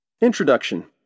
Introduction